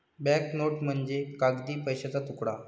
bank note म्हणजे कागदी पैशाचा तुकडा